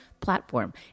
platform